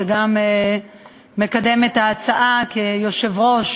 שגם מקדם את ההצעה כיושב-ראש